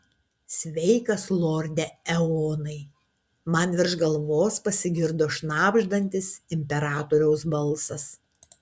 sveikas lorde eonai man virš galvos pasigirdo šnabždantis imperatoriaus balsas